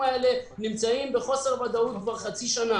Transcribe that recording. האלה נמצאים בחוסר ודאות כבר חצי שנה.